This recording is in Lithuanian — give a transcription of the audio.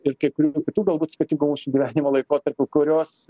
ir kai kurių kitų galbūt skirtingų mūsų gyvenimo laikotarpiu kurios